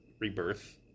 rebirth